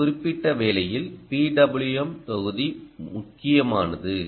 இந்த குறிப்பிட்ட வேலையில் PWM தொகுதி முக்கியமானது